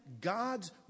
God's